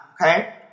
okay